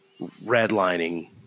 redlining